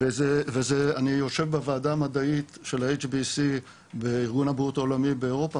אני יושב בוועדה המדעית של ה HBSC בארגון הבריאות העולמי באירופה,